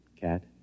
cat